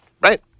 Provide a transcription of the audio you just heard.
Right